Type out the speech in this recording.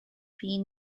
been